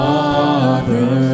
Father